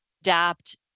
adapt